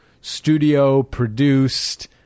studio-produced